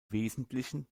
wesentlichen